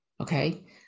okay